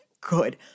good